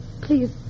Please